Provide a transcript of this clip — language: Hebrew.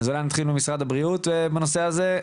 אז אולי נתחיל במשרד הבריאות בנושא הזה,